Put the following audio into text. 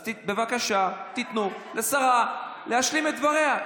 אז, בבקשה, תיתנו לשרה להשלים את דבריה.